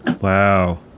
Wow